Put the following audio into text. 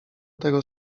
tego